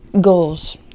goals